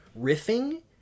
riffing